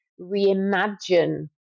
reimagine